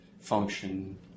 function